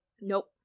nope